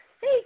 Hey